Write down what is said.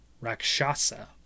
Rakshasa